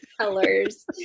colors